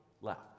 left